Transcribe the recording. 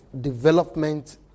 development